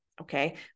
okay